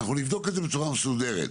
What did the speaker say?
אנחנו נבדוק את זה בצורה מסודרת.